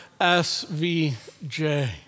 SVJ